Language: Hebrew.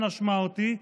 אנא שמע אותי,